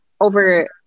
over